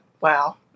Wow